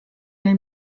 nel